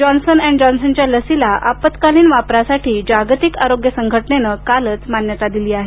Johnson and जॉन्सनच्या लसींला आपत्कालीन वापरासाठी जागतिक आरोग्य संघटनेनं कालच मान्यता दिली आहे